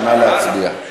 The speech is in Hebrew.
נא להצביע.